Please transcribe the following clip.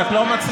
רק לא מצליח,